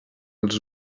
els